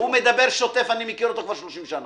הוא מדבר שוטף, אני מכיר כבר 30 שנה.